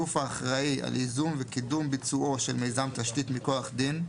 - גוף האחראי על ייזום וקידום ביצועו של מיזם תשתית מכוח דין,